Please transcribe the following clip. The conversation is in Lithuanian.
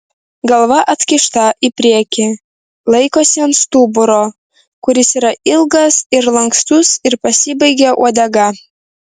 galva atkišta į priekį laikosi ant stuburo kuris yra ilgas ir lankstus ir pasibaigia uodega